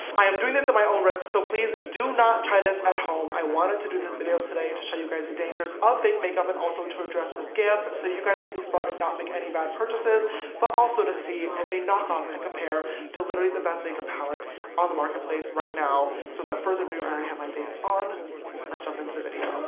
i am doing this at my own risk so please do not try this at home. i wanted to do this video today to show you guys the dangers of fake makeup and also to address the scams so you guys can be smart and not make any bad purchases but also to see if a knockoff can compare to literally the best makeup palette on the marketplace right now. so without further ado, i already have my face on let's jump into the video